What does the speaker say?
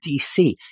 dc